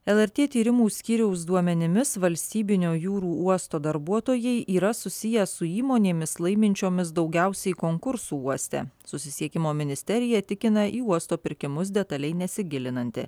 lrt tyrimų skyriaus duomenimis valstybinio jūrų uosto darbuotojai yra susiję su įmonėmis laiminčiomis daugiausiai konkursų uoste susisiekimo ministerija tikina į uosto pirkimus detaliai nesigilinanti